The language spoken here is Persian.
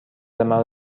مرا